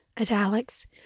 italics